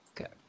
Okay